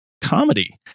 comedy